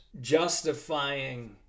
justifying